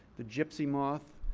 the gypsy moth,